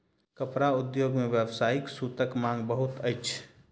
कपड़ा उद्योग मे व्यावसायिक सूतक मांग बहुत अछि